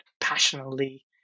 passionately